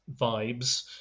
vibes